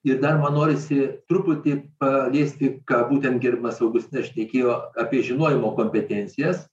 ir dar man norisi truputį paliesti ką būtent gerbiamas augustinas nešnekėjo apie žinojimo kompetencijas